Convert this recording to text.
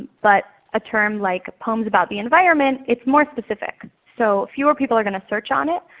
but a term like poems about the environment it's more specific. so fewer people are going to search on it,